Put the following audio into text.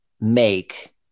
make